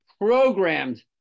programmed